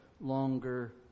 longer